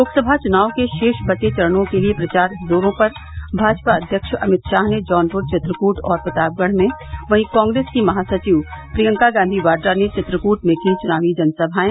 लोकसभा चुनाव के शेष बचे चरणों के लिये प्रचार जोरो पर भाजपा अध्यक्ष अमित शाह ने जौनपुर चित्रकूट और प्रतापगढ़ में वहीं कांग्रेस की महासचिव प्रियंका गांधी वाड्रा ने चित्रकूट में की चुनावी जनसभाएं